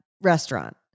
restaurant